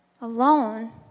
alone